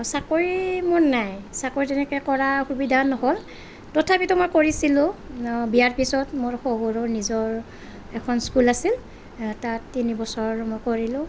চাকৰি মোৰ নাই চাকৰি তেনেকৈ কৰাৰ সুবিধা ন'হল তথাপিতো মই কৰিছিলোঁ বিয়াৰ পিছত মোৰ শহুৰৰ নিজৰ এখন স্কুল আছিল তাত তিনি বছৰ মই কৰিলোঁ